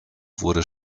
wurde